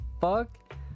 fuck